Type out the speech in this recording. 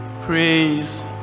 praise